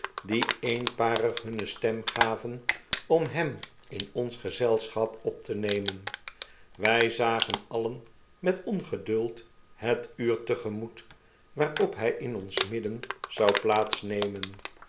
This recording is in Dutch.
die eenparig hunne stem gaven om hem in ons gezelschap op te nemen wy zagen alien met ongeduld het uur te gemoet waarop hy in ons midden zou